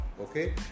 Okay